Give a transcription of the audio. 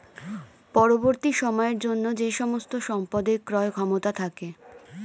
পরবর্তী সময়ের জন্য যে সমস্ত সম্পদের ক্রয় ক্ষমতা থাকে